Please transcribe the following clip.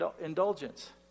indulgence